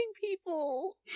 people